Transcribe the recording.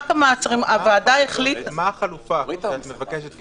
מה החלופה שאת מבקשת?